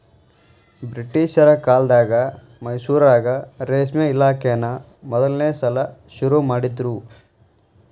ಬ್ರಿಟಿಷರ ಕಾಲ್ದಗ ಮೈಸೂರಾಗ ರೇಷ್ಮೆ ಇಲಾಖೆನಾ ಮೊದಲ್ನೇ ಸಲಾ ಶುರು ಮಾಡಿದ್ರು